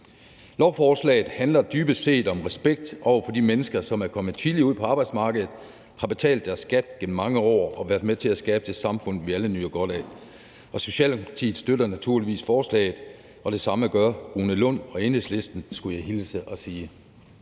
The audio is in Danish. Lovforslaget handler dybest set om respekt for de mennesker, som er kommet tidligt ud på arbejdsmarkedet, har betalt deres skat gennem mange år og været med til at skabe det samfund, vi alle nyder godt af. Socialdemokratiet støtter naturligvis forslaget, og det samme gør hr. Rune Lund og Enhedslisten, skulle jeg hilse og sige.